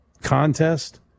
contest